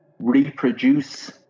reproduce